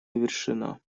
завершена